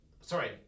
Sorry